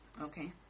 Okay